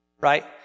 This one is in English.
Right